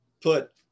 put